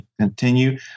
continue